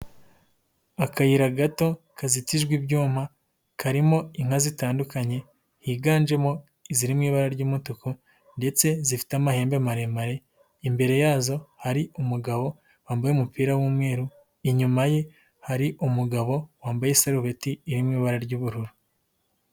Akayira gato kazizitijwe ibyuma karimo inka zitandukanye. Higanjemo iziri mu ibara ry'umutuku ndetse zifite amahembe maremare. Imbere yazo hari umugabo wambaye umupira w'umweru, inyuma ye hari umugabo wambaye isarubeti iri mu ibara ry'ubururu.